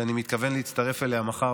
שאני מתכוון להצטרף אליה מחר,